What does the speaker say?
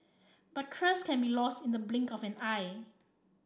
but trust can be lost in the blink of an eye